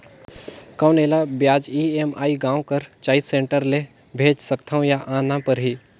कौन एला ब्याज ई.एम.आई गांव कर चॉइस सेंटर ले भेज सकथव या आना परही?